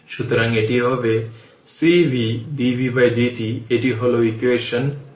সুতরাং এটি হবে cv dvdt এটি হল ইকুয়েশন 8